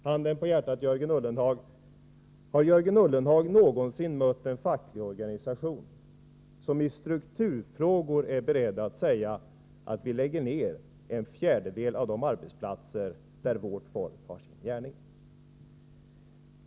Handen på hjärtat, Jörgen Ullenhag: Har Jörgen Ullenhag någonsin mött en facklig organisation som i strukturfrågor är beredd att säga att vi kan lägga ned en fjärdedel av de arbetsplatser där dess medlemmar har sin gärning?